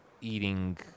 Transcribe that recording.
eating